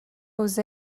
jose